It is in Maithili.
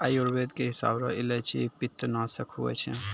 आयुर्वेद के हिसाब रो इलायची पित्तनासक हुवै छै